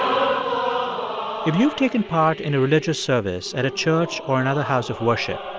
um if you've taken part in a religious service at a church or another house of worship,